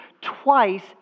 twice